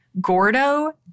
Gordo